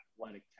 athletic